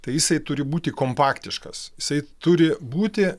tai jisai turi būti kompaktiškas jisai turi būti